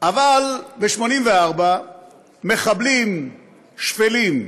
אבל ב-1984 מחבלים שפלים,